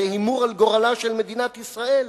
זה הימור על גורלה של מדינת ישראל.